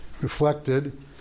reflected